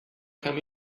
come